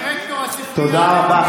דירקטור הספרייה הלאומית תודה רבה.